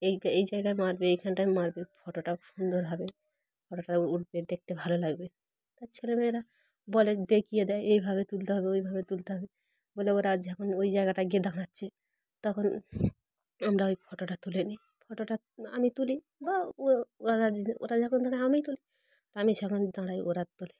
এই তো এই জায়গায় মারবে এইখানটায় মারবে ফটোটা সুন্দর হবে ফটোটা উঠবে দেখতে ভালো লাগবে তার ছেলেমেয়েরা বলে দেখিয়ে দেয় এইভাবে তুলতে হবে ওইভাবে তুলতে হবে বলে ওরা যখন ওই জায়গাটা গিয়ে দাঁড়াচ্ছে তখন আমরা ওই ফটোটা তুলে নিই ফটোটা আমি তুলি বা ও ওরা ওরা যখন দাঁড়ায় আমি তুলি আমি যখন দাঁড়াই ওরা তোলে